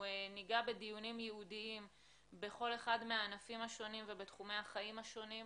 ניגע בדיונים ייעודיים בכל אחד מהענפים השונים ובתחומי החיים השונים.